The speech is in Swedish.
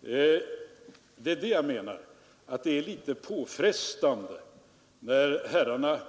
Det är därför jag anser att det är litet påfrestande när herrarna